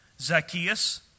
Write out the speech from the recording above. Zacchaeus